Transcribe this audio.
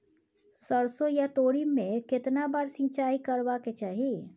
सरसो या तोरी में केतना बार सिंचाई करबा के चाही?